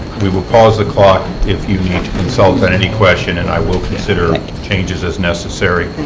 we will pause the clock if you need to consult on any question, and i will consider changes as necessary.